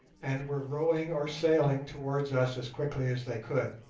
and were rowing or sailing towards us as quickly as they could.